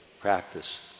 practice